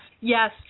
yes